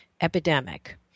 epidemic